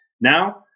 Now